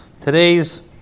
Today's